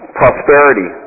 prosperity